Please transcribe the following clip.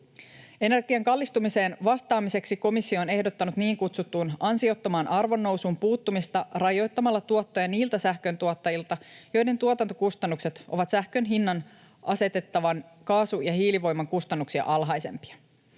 Energian kallistumiseen vastaamiseksi komissio on ehdottanut niin kutsuttuun ansiottomaan arvonnousuun puuttumista rajoittamalla tuottoja niiltä sähköntuottajilta, joiden tuotantokustannukset ovat sähkön hinnan asettavan kaasu- ja hiilivoiman kustannuksia alhaisempia.